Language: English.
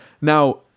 Now